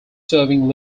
serving